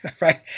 right